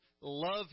love